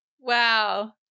Wow